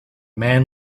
man